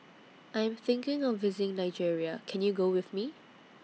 I'm thinking of visiting Nigeria Can YOU Go with Me